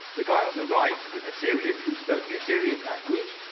the guy on the right is an assyrian who spoke the assyrian language,